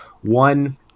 one